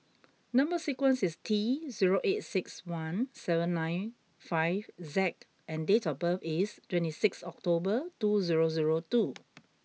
number sequence is T zero eight six one seven nine five Z and date of birth is twenty six October two zero zero two